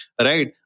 right